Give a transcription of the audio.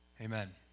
Amen